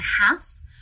half